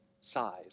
size